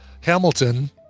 Hamilton